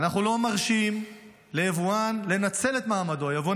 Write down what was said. אנחנו לא מרשים ליבואן לנצל את מעמדו כיבואן,